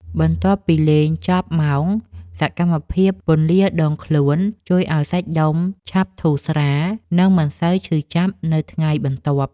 បន្ទាប់ពីលេងចប់ម៉ោង សកម្មភាពពន្លាដងខ្លួនជួយឱ្យសាច់ដុំឆាប់ធូរស្រាល និងមិនសូវឈឺចាប់នៅថ្ងៃបន្ទាប់។